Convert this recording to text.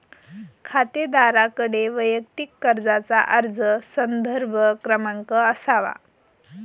खातेदाराकडे वैयक्तिक कर्जाचा अर्ज संदर्भ क्रमांक असावा